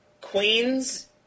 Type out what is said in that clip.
Queens